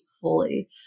fully